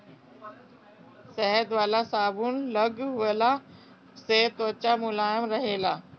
शहद वाला साबुन लगवला से त्वचा मुलायम रहेला